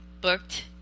booked